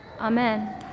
Amen